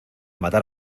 matar